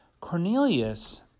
Cornelius